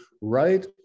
right